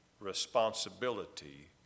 responsibility